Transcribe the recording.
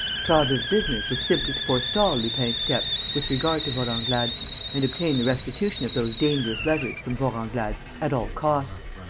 prasville's business was simply to forestall lupin's steps with regard to vorenglade and obtain the restitution of those dangerous letters from vorenglade at all costs.